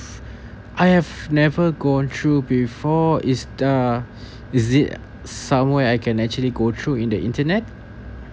I've never gone through before is uh is it somewhere I can actually go through in the internet